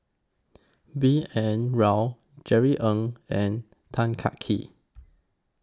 B N Rao Jerry Ng and Tan Kah Kee